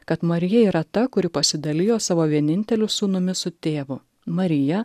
kad marija yra ta kuri pasidalijo savo vieninteliu sūnumi su tėvu marija